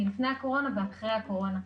לפני הקורונה ואחרי הקורונה.